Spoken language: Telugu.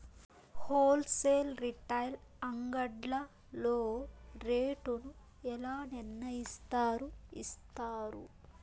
హోల్ సేల్ రీటైల్ అంగడ్లలో రేటు ను ఎలా నిర్ణయిస్తారు యిస్తారు?